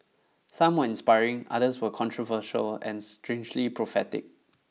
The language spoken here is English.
someone inspiring others were controversial and strangely prophetic